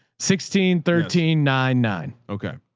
sixteen, thirteen, nine, nine. okay.